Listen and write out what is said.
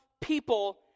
people